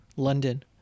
london